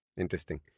Interesting